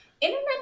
Internet